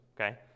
okay